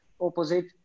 opposite